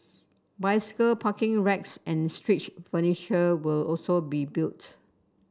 bicycle parking racks and street furniture will also be built